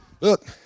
Look